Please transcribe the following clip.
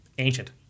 ancient